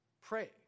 pray